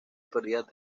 perdidas